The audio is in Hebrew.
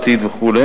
"עתיד" וכו',